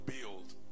build